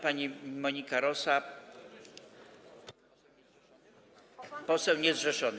Pani Monika Rosa, poseł niezrzeszony.